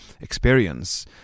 experience